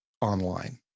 online